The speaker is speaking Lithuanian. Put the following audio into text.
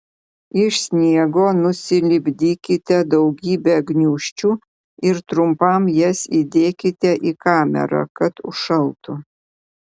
iš sniego nusilipdykite daugybę gniūžčių ir trumpam jas įdėkite į kamerą kad užšaltų